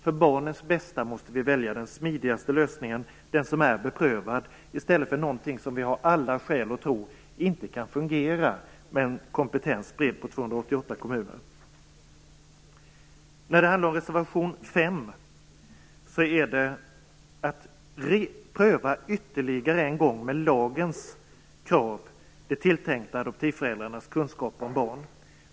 För barnens bästa måste vi välja den smidigaste lösningen, den som är beprövad, i stället för någonting som vi har alla skäl att tro inte kan fungera med en kompetens spridd på 288 kommuner. Reservation 5 handlar om att ytterligare en gång med lagens krav pröva de tilltänkta adoptivföräldrarnas kunskaper om barn.